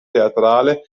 teatrale